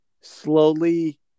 slowly